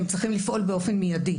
הם צריכים לפעול באופן מידי.